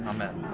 Amen